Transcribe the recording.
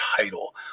title